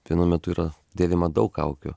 vienu metu yra dėvima daug kaukių